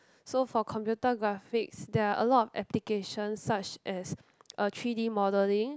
so for computer graphics there are a lot of applications such as a three-d modelling